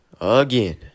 again